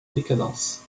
décadence